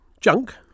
Junk